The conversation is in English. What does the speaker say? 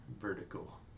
vertical